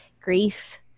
grief